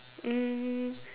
um